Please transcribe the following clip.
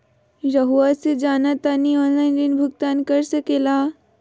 रहुआ से जाना तानी ऑनलाइन ऋण भुगतान कर सके ला?